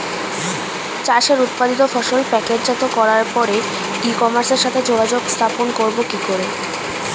চাষের উৎপাদিত ফসল প্যাকেটজাত করার পরে ই কমার্সের সাথে যোগাযোগ স্থাপন করব কি করে?